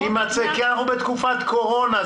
אנחנו בתקופת קורונה,